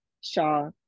Shaw